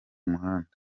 muhanda